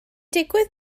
digwydd